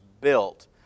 built